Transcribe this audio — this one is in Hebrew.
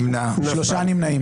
הצבעה לא אושרה נפל.